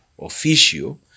officio